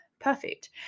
perfect